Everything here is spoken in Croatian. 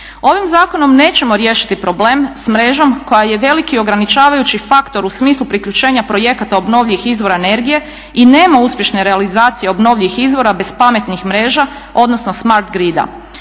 Ovim zakonom nećemo riješiti problem s mrežom koja je veliki ograničavajući faktor u smislu priključenja projekata obnovljivih izvora energije i nema uspješne realizacije obnovljivih izvora bez pametnih mreža odnosno smart ….